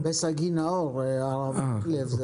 אמרתי בלשון סגי נהור, הרב מקלב.